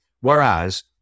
Whereas